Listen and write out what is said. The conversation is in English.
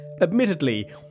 Admittedly